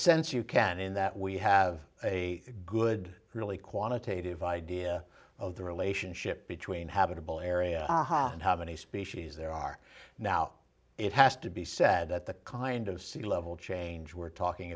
sense you can in that we have a good really quantitative idea of the relationship between habitable area aha and how many species there are now it has to be said that the kind of sea level change we're talking